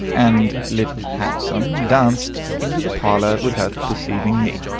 and little handsome danced into the parlor, without perceiving me.